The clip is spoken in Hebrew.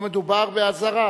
פה מדובר באזהרה.